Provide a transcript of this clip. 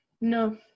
No